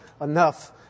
enough